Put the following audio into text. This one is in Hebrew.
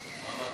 סיעודי),